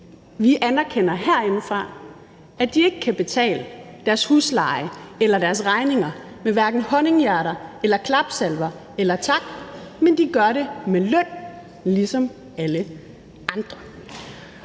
vi herindefra anerkender, at de ikke kan betale deres husleje eller deres regninger med honninghjerter eller klapsalver eller tak, men at de gør det med løn ligesom alle andre.